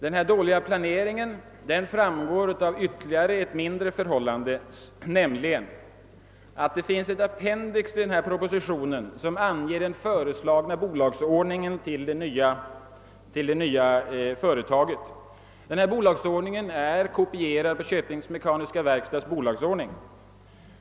Den dåliga planeringen framgår av ytterligare en omständighet. I ett appendix till propositionen återges den föreslagna bolagsordningen för det nya företaget. Denna bolagsordning är kopierad efter Köpings mekaniska verkstads bolagsordning.